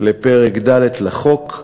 לפרק ד' לחוק,